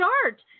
start